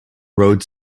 rhodes